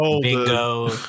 bingo